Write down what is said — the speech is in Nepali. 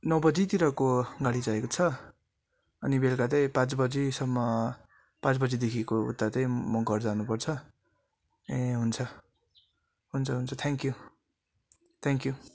नौ बजीतिरको गाडी चाहिएको छ अनि बेलुका चाहिँ पाँच बजीसम्म पाँच बजीदेखिको उता चाहिँ म घर जानु पर्छ ए हुन्छ हुन्छ हुन्छ थ्याङ्कयु थ्याङ्कयु